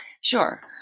Sure